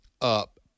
up